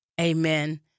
Amen